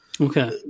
Okay